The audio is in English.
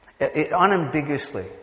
Unambiguously